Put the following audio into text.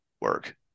work